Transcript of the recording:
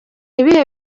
ibihe